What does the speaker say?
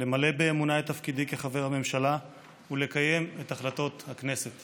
למלא באמונה את תפקידי כחבר הממשלה ולקיים את החלטות הכנסת.